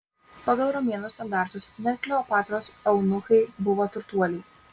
pagal romėnų standartus net kleopatros eunuchai buvo turtuoliai